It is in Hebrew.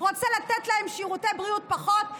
רוצה לתת להם שירותי בריאות פחות?